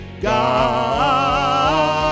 God